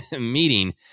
meeting